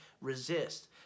resist